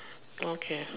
okay